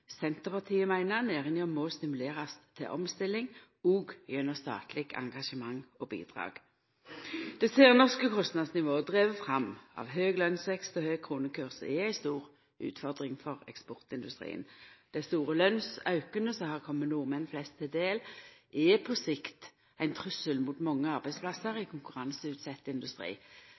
Senterpartiet meiner næringa må stimulerast til omstilling òg gjennom statleg engasjement og bidrag. Det særnorske kostnadsnivået er drive fram av høg lønnsvekst og høg kronekurs. Det er ei stor utfordring for eksportindustrien. Den store lønnsauken som har kome nordmenn flest til del, er på sikt ein trussel mot mange arbeidsplassar i konkurranseutsett industri.